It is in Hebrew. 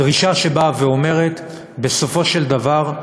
דרישה שבאה ואומרת: בסופו של דבר,